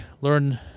learn